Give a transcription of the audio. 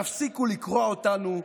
תפסיקו לקרוע אותנו,